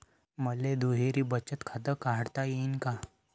मले दुहेरी बचत खातं काढता येईन का?